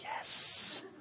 yes